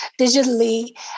digitally